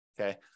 okay